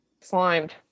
Slimed